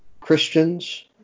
Christians